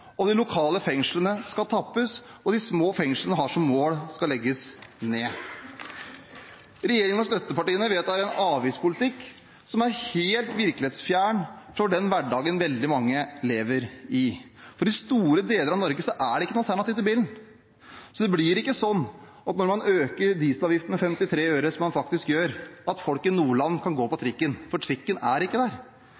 opp, de lokale fengslene skal tappes, og de små fengslene har man som mål å legge ned. Regjeringen og støttepartiene vedtar en avgiftspolitikk som er helt virkelighetsfjern fra den hverdagen veldig mange lever i. I store deler av Norge er det ikke noe alternativ til bilen. Det blir ikke sånn at når man øker dieselavgiften med 53 øre, som man faktisk gjør, at folk i Nordland kan gå på